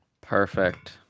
Perfect